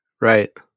Right